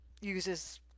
uses